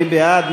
מי בעד?